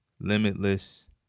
limitless